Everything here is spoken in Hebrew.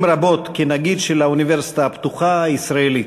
רבות כנגיד של האוניברסיטה הפתוחה הישראלית.